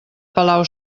palau